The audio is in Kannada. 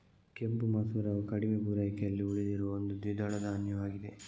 ಕೆಂಪು ಮಸೂರವು ಕಡಿಮೆ ಪೂರೈಕೆಯಲ್ಲಿ ಉಳಿದಿರುವ ಒಂದು ದ್ವಿದಳ ಧಾನ್ಯವಾಗಿದೆ